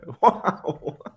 Wow